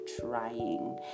trying